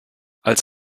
als